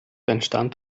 entstand